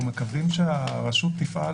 אנו מקווים שהרשות תפעל